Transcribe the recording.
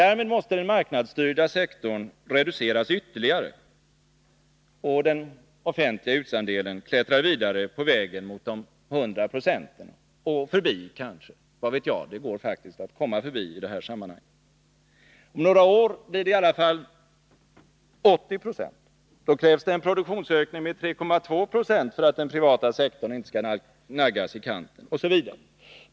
Därmed måste den marknadsstyrda sektorn reduceras ytterligare och den offentliga utgiftsandelen klättra vidare på vägen mot de 100 procenten och kanske förbi dessa — vad vet jag. Det går faktiskt att komma förbi i det här sammanhanget. Om några år blir det i alla fall 80 96. Då krävs det en produktionsökning med 3,2 90 för att den privata sektorn inte skall naggas i kanten, osv.